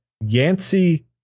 Yancy